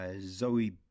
Zoe